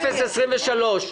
יש לי מחשב.